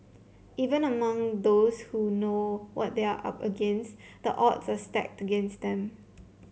even among those who know what they are up against the odds are stacked against them